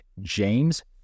James